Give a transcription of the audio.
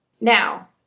Now